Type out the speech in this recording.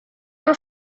were